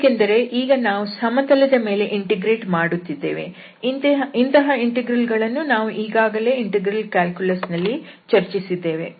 ಏಕೆಂದರೆ ಈಗ ನಾವು ಸಮತಲದ ಮೇಲೆ ಇಂಟಿಗ್ರೇಟ್ ಮಾಡುತ್ತಿದ್ದೇವೆ ಇಂತಹ ಇಂಟೆಗ್ರಲ್ ಗಳನ್ನು ನಾವು ಈಗಾಗಲೇ ಇಂಟೆಗ್ರಲ್ ಕ್ಯಾಲ್ಕುಲಸ್ ನಲ್ಲಿ ಚರ್ಚಿಸಿದ್ದೇವೆ